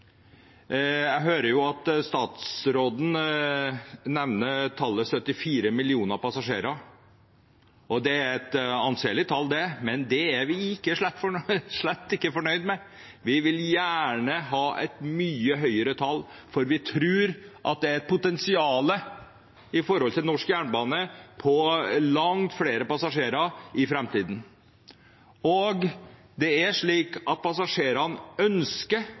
Jeg hørte at statsråden nevnte tallet 74 millioner passasjerer. Det er et anselig tall, men det er vi slett ikke fornøyd med. Vi vil gjerne ha et mye høyere tall, for vi tror det er et potensial for å ha langt flere passasjerer på norsk jernbane i framtiden. Passasjerene ønsker å bruke toget. Man synes det er behagelig og sikkert, og ikke minst at det er